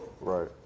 Right